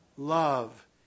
Love